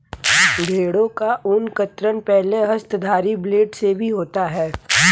भेड़ों का ऊन कतरन पहले हस्तधारी ब्लेड से भी होता है